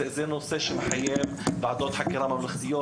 אז זה נושא שמחייב ועדות חקירה ממלכתיות.